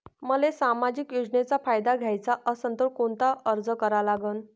मले सामाजिक योजनेचा फायदा घ्याचा असन त कोनता अर्ज करा लागन?